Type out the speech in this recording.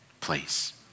place